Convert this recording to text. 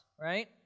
right